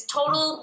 total